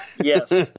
Yes